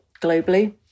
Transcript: globally